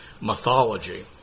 mythology